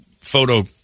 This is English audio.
photo